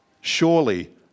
Surely